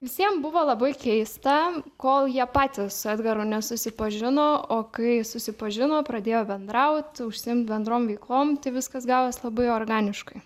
visiem buvo labai keista kol jie patys su edgaru nesusipažino o kai susipažino pradėjo bendraut užsiimt bendrom veiklom tai viskas gavos labai organiškai